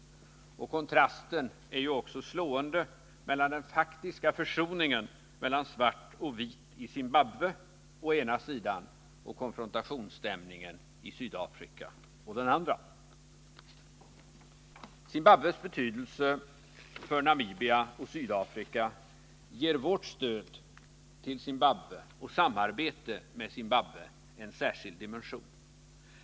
Kontrasten är ju också slående mellan den faktiska försoningen mellan svart och vit i Zimbabwe å ena sidan och konfrontationsstämningen i Sydafrika å den andra. Zimbabwes betydelse för Namibia och Sydafrika ger vårt stöd till Zimbabwe och samarbete med Zimbabwe en särskild dimension.